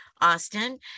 Austin